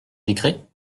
décret